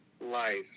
life